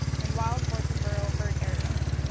and wild horse and burro herd areas.